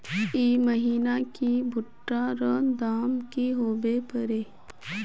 ई महीना की भुट्टा र दाम की होबे परे?